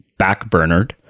backburnered